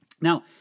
Now